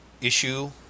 issue